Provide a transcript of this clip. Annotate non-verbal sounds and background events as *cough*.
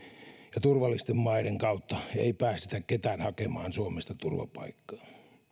ja turvallisten maiden kautta *unintelligible* ei päästetä ketään hakemaan suomesta turvapaikkaa